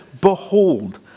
Behold